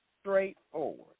straightforward